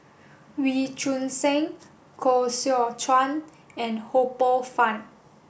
Wee Choon Seng Koh Seow Chuan and Ho Poh Fun